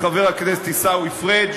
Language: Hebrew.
לחבר הכנסת עיסאווי פריג'